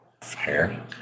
Fair